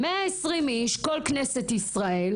קחו צעד קדימה ויחד עם הוועדה נעזור